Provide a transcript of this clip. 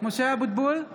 (קוראת בשמות חברי הכנסת)